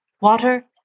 water